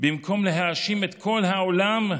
במקום להאשים את העולם,